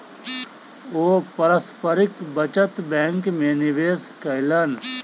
ओ पारस्परिक बचत बैंक में निवेश कयलैन